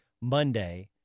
Monday